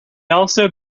also